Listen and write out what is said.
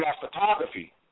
photography